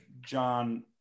John